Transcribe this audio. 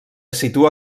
situa